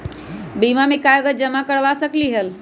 बीमा में कागज जमाकर करवा सकलीहल?